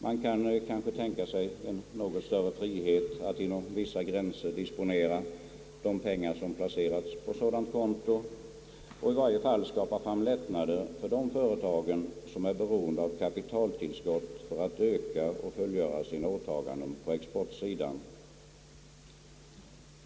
Man kan tänka sig en något större frihet att inom vissa gränser disponera de pengar som placerats på sådant konto, och i varje fall skapa fram lättnader för de företag som är beroende av kapitaltillskott för att öka och fullgöra sina åtaganden på exportsidan.